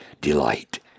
delight